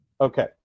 Okay